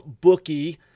bookie